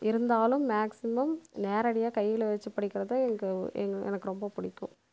இருந்தாலும் மேக்சிமம் நேரடியாக கையில் வச்சு படிக்கின்றது எங்கே எங்கே எனக்கு ரொம்ப பிடிக்கும்